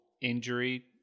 injury